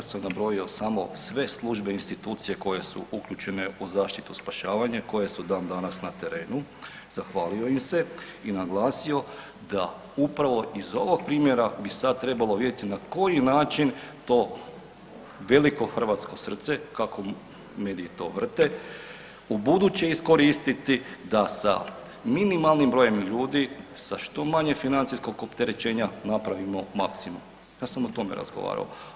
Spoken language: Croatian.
Ja sam nabrojio samo sve službe i institucije koje su uključene u zaštitu i spašavanje, koje su dan danas na terenu, zahvalio im se i naglasio da upravo iz ovog primjera bi sada trebalo vidjeti na koji način to veliko hrvatsko srce, kako mediji to vrte ubuduće iskoristiti da sa minimalnim brojem ljudi, sa što manje financijskog opterećenja napravimo maksimum, ja sam o tome razgovarao.